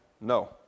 No